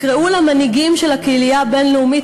תקראו למנהיגים של הקהילייה הבין-לאומית